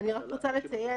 אני רק רוצה לציין